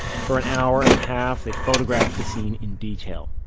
for an hour and a half they photographed the scene in detail.